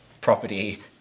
property